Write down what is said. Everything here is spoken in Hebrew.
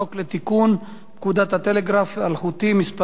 חוק לתיקון פקודת הטלגרף האלחוטי (מס'